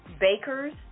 bakers